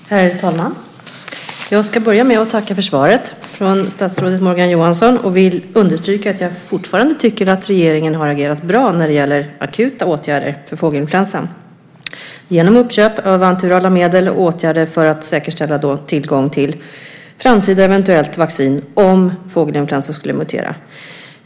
Herr talman! Jag ska börja med att tacka för svaret från statsrådet Morgan Johansson. Jag vill understryka att jag fortfarande tycker att regeringen har agerat bra när det gäller akuta åtgärder mot fågelinfluensan genom uppköp av antivirala medel och åtgärder för att säkerställa tillgång till ett eventuellt framtida vaccin om fågelinfluensaviruset skulle mutera.